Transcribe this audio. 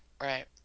right